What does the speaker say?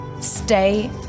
Stay